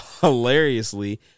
hilariously